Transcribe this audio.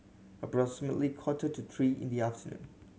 approximately quarter to three in the afternoon